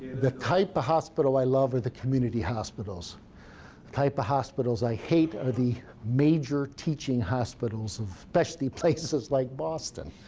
the type of hospital i love are the community hospitals. the type of hospitals i hate are the major teaching hospitals, especially places like boston.